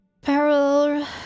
Peril